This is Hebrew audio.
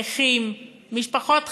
נכים, משפחות חד-הוריות.